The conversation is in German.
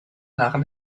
haaren